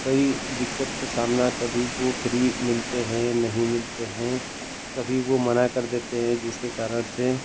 कई दिक्कतों का सामना कभी वह फ्री मिलते हैं नहीं मिलते हैं कभी वह मना कर देतेे हैं जिसके कारण से